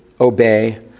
obey